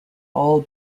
all